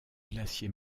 glacier